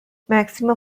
maximum